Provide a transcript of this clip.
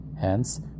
Hence